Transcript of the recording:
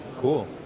Cool